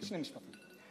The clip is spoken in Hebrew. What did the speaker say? שני משפטים.